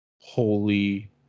Holy